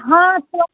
हाँ तो